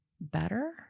better